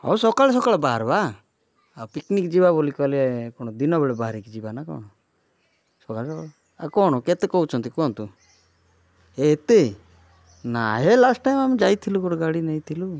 ହଉ ସକାଳୁ ସକାଳୁ ବାହାରିବା ଆଉ ପିକ୍ନିକ୍ ଯିବା ବୋଲି କହିଲେ ଆଉ କ'ଣ ଦିନ ବେଳେ ବାହାରିକି ଯିବା ନା କ'ଣ ସକାଳୁ ସକାଳୁ ଆଉ କଣ କେତେ କହୁଛନ୍ତି କୁହନ୍ତୁ ଏତେ ନାଇଁ ହେ ଲାଷ୍ଟ୍ ଟାଇମ୍ ଆମେ ଯାଇଥିଲୁ ଗୋଟେ ଗାଡ଼ି ନେଇଥିଲୁ